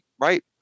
right